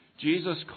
Jesus